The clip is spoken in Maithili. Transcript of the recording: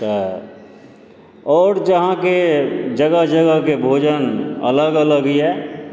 तऽ आओर जे अहाँकेँ जगह जगहके भोजन अलग अलगए